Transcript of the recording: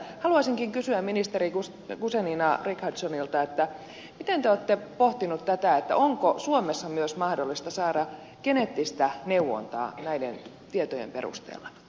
haluaisinkin kysyä ministeri guzenina richardsonilta miten te olette pohtinut tätä onko suomessa myös mahdollista saada geneettistä neuvontaa näiden tietojen perusteella